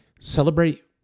Celebrate